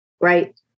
right